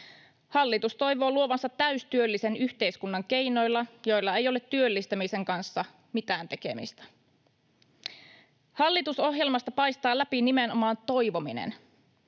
Hallitus toivoo luovansa täystyöllisen yhteiskunnan keinoilla, joilla ei ole työllistämisen kanssa mitään tekemistä. Hallitusohjelmasta paistaa läpi nimenomaan toivominen.